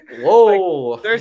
Whoa